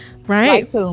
right